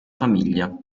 famiglia